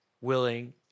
willing